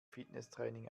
fitnesstraining